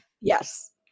Yes